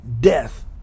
death